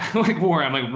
like more i'm like,